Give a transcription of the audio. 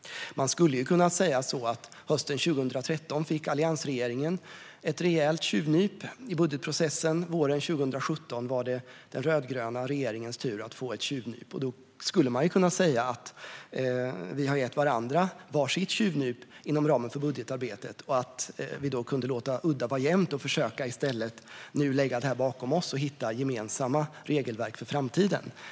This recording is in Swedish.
Man kan säga att hösten 2013 fick alliansregeringen ett rejält tjuvnyp i budgetprocessen. Våren 2017 var det den rödgröna regeringens tur att få ett tjuvnyp. Vi kan säga att vi har gett varandra var sitt tjuvnyp inom ramen för budgetarbetet och att vi då skulle kunna låta udda vara jämnt och i stället försöka lägga detta bakom oss och hitta gemensamma regelverk för framtiden.